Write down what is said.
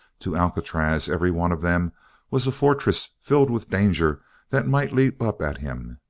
to alcatraz every one of them was a fortress filled with danger that might leap up at him.